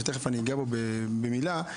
שמיד אגע בו במילה,